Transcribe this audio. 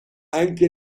anche